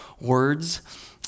words